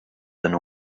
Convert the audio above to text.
and